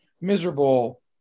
miserable